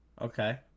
Okay